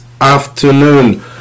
afternoon